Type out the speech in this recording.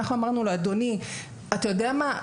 אנחנו אמרנו לו, אדוני, אתה יודע מה?